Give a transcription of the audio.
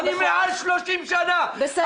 אני מעל 30 שנה --- בסדר,